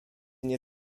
nie